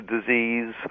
disease